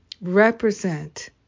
represent